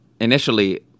initially